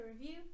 review